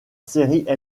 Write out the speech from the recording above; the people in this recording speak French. série